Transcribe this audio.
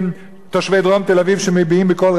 תושבי דרום תל-אביב שמביעים בקול רם את רצונם